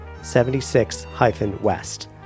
76-West